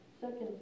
second